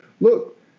look